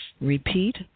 Repeat